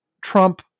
Trump